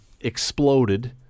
exploded